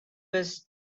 was